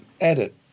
edit